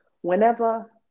whenever